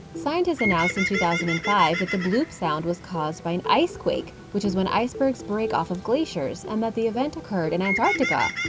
scientists announced in two thousand and five that the bloop sound was caused by an icequake, which is when icebergs break off of glaciers, and that the event occurred in antarctica.